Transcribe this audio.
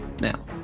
now